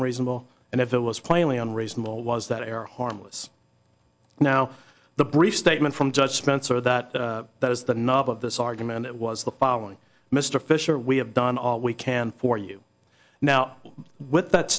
unreasonable and if it was plainly unreasonable was that error harmless now the brief statement from judge spencer that that is the nub of this argument it was the following mr fisher we have done all we can for you now with that